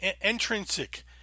intrinsic